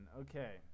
okay